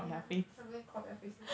yeah I'm going to crop their faces